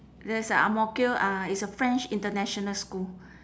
there's a ang mo kio ah it's a french international school